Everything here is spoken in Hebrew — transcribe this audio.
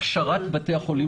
על הכשרת בתי החולים